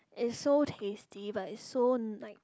is so tasty but is so like